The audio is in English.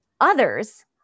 Others